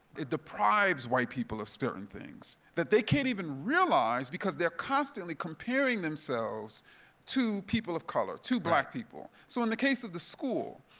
it deprives white people of certain things that they can't even realize because they're constantly comparing themselves to people of color, to black people. so in the case of the school,